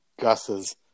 Gus's